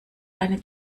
eine